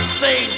say